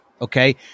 okay